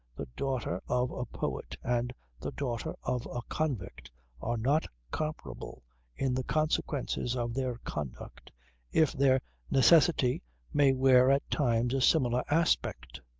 the daughter of a poet and the daughter of a convict are not comparable in the consequences of their conduct if their necessity may wear at times a similar aspect.